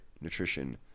nutrition